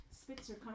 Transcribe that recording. Spitzer